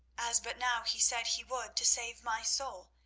as but now he said he would to save my soul,